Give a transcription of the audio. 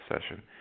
session